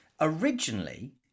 originally